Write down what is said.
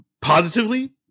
positively